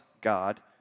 God